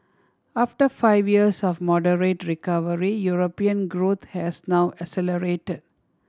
after five years of moderate recovery European growth has now accelerated